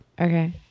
Okay